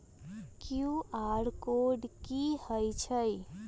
QR code कि हई छई?